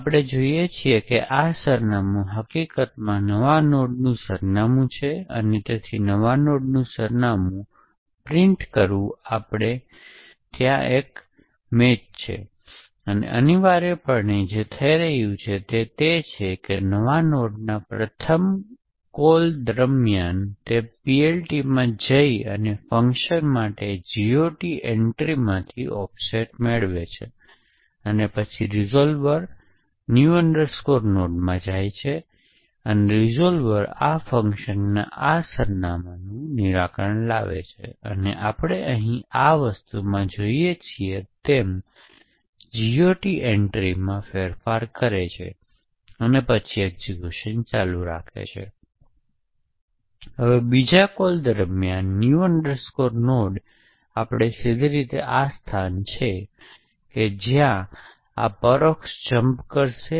તેથી તેનો અર્થ એ થશે કે પ્રેષકે ખરેખર તે સુસંગત સેટમાં કંઈક લોડ કર્યું છે અને તેથી તે સેટમાંથી રીસીવર ડેટા કાઢી નાખ્યો છે અને તેથી જ્યારે રીસીવર ખરેખર તે સેટ દ્વારા એક્સેસ કરે છે ત્યારે તે કૅશ મિસ માં પરિણમે છે અને મેમરી એક્સેસની આવશ્યકતા રહેશે